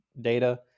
data